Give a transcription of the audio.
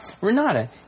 Renata